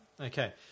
Okay